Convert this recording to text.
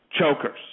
Chokers